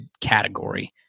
category